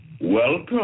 Welcome